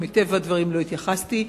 ומטבע הדברים לא התייחסתי.